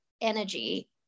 energy